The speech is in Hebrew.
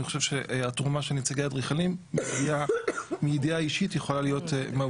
אני חושב שהתרומה של נציגי האדריכלים מידיעה אישית יכולה להיות מהותית.